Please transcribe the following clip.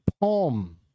palm